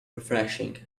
refreshing